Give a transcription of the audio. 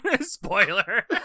Spoiler